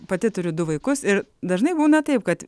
pati turiu du vaikus ir dažnai būna taip kad